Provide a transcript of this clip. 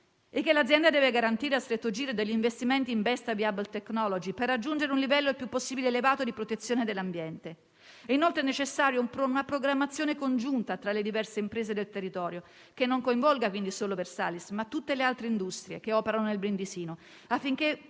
è che l'azienda deve garantire a stretto giro degli investimenti in *best available technology*, per raggiungere un livello il più possibile elevato di protezione dell'ambiente. È inoltre necessaria una programmazione congiunta tra le diverse imprese del territorio, che coinvolga quindi non solo Versalis, ma anche tutte le altre industrie che operano nel brindisino, affinché